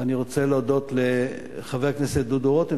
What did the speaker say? ואני רוצה להודות לחבר הכנסת דודו רותם,